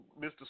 Mr